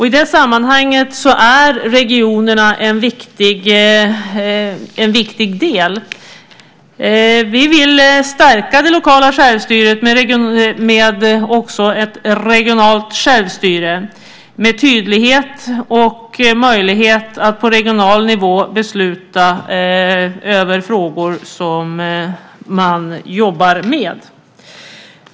I det sammanhanget är regionerna en viktig del. Vi vill stärka det lokala självstyret med även ett regionalt självstyre, med tydlighet och möjlighet att på regional nivå besluta över frågor som man jobbar med.